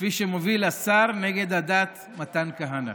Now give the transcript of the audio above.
כפי שמוביל השר נגד הדת מתן כהנא.